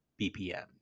BPM